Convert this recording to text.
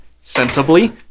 Sensibly